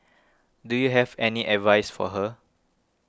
do you have any advice for her